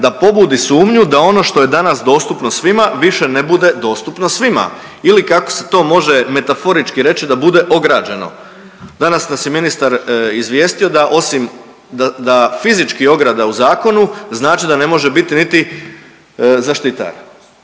da pobudi sumnju da ono što je danas dostupno svima više ne bude dostupno svima ili kako se to može metaforički reći da bude ograđeno. Danas nas je ministar izvijestio da osim da fizički ograda u zakonu znači da ne može biti niti zaštitar.